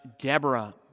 Deborah